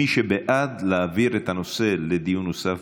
מי שבעד, להעביר את הנושא לדיון נוסף